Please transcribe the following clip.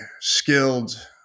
skilled